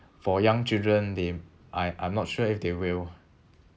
for young children they I I'm not sure if they will